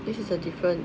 this is a different